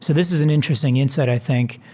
so this is an interesting insight, i think.